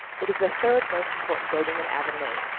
it is the third most important building in avonlea.